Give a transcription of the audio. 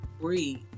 Breathe